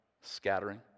scattering